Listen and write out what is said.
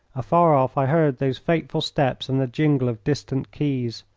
afar off i heard those fateful steps and the jingle of distant keys.